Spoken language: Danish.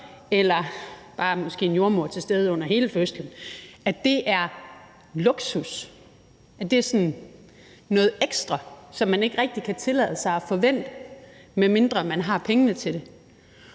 at have en jordemoder til stede under hele fødslen er luksus, at det er sådan noget ekstra, som man ikke rigtig kan tillade sig at forvente, medmindre man har pengene til det.